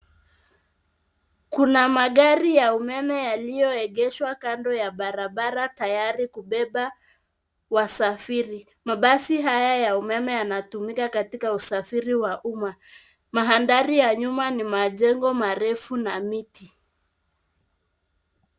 Kuna magari ya umeme yaliyoegeshwa kando ya barabara tayari kubeba wasafiri, mabasi haya ya umeme yanatumika katika usafiri wa umma, mandhari ya nyuma ni majengo marefu na miti.